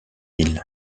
ils